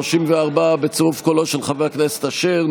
34 בצירוף קולו של חבר הכנסת אשר,